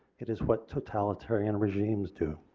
it is what totalitarian regimes do.